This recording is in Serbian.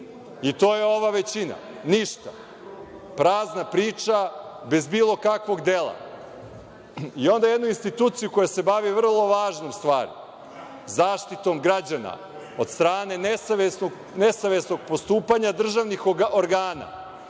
I, to je ova većina, ništa. Prazna priča, bez bilo kakvog dela. I, onda jednu instituciju koja se bavi vrlo važnim stvarima, zaštitom građana od strane nesavesnog postupanja državnih organa,